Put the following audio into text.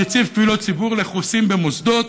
נציב קבילות ציבור לחוסים במוסדות,